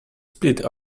split